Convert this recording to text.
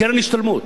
קרן השתלמות,